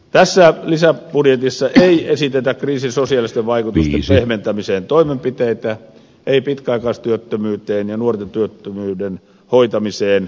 tässä lisäbudjetissa ei esitetä kriisin sosiaalisten vaikutusten pehmentämiseen toimenpiteitä ei pitkäaikaistyöttömyyteen ja nuorten työttömyyden hoitamiseen